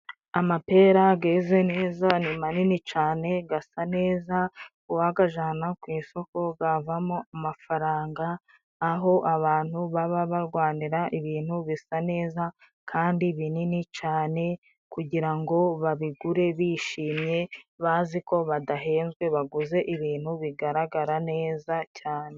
Amapera geze neza, ni manini cane, gasa neza. Uwagajana ku isoko, havamo amafaranga aho abantu baba barwanira ibintu bisa neza kandi binini cane kugira ngo babigure bishimye, bazi ko badahenzwe baguze ibintu bigaragara neza cyane.